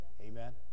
Amen